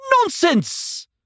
Nonsense